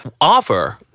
offer